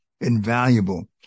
Invaluable